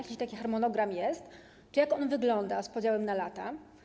I jeśli taki harmonogram jest, to jak on wygląda z podziałem na lata?